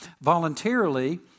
voluntarily